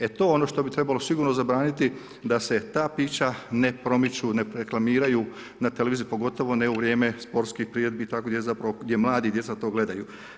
E to je ono što bi trebalo sigurno zabraniti, da se ta pića ne promiču, ne reklamiraju na televiziji, pogotovo ne u vrijeme sportskih priredbi i tako, gdje mladi, djeca to gledaju.